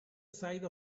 side